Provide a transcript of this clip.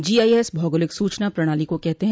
GIS भौगोलिक सूचना प्रणाली को कहते हैं